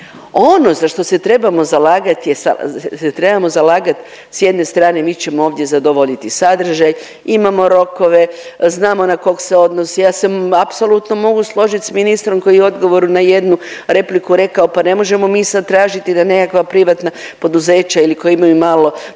Ono za što se trebamo zalagati sa jedne strane mi ćemo ovdje zadovoljiti sadržaj, imamo rokove, znamo na kog se odnosi. Ja se apsolutno mogu složiti sa ministrom koji je u odgovoru na jednu repliku rekao pa ne možemo mi sad tražiti da nekakva privatna poduzeća ili koji imaju malo